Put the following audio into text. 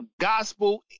gospel